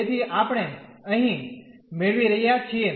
તેથી આપણે અહીં મેળવી રહ્યા છીએ